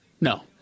No